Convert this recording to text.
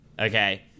Okay